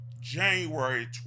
January